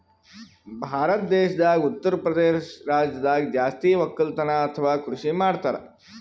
ಭಾರತ್ ದೇಶದಾಗ್ ಉತ್ತರಪ್ರದೇಶ್ ರಾಜ್ಯದಾಗ್ ಜಾಸ್ತಿ ವಕ್ಕಲತನ್ ಅಥವಾ ಕೃಷಿ ಮಾಡ್ತರ್